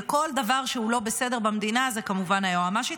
וכל דבר שהוא לא בסדר במדינה זה כמובן היועמ"שית.